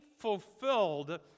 fulfilled